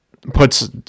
puts